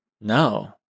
No